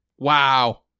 wow